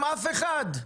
אף אחד.